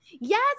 Yes